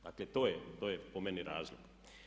Dakle, to je, to je po meni razlog.